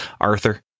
Arthur